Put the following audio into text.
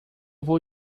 vou